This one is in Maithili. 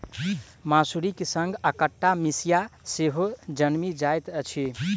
मसुरीक संग अकटा मिसिया सेहो जनमि जाइत अछि